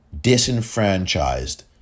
disenfranchised